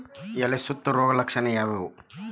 ಎಲೆ ಸುತ್ತು ರೋಗದ ಲಕ್ಷಣ ಯಾವ್ಯಾವ್?